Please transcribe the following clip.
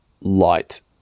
light